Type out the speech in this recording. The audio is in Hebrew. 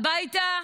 הביתה,